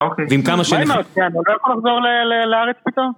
אוקיי. ועם כמה ש... מה עם מרציאנו, לא יכול לחזור לארץ פתאום?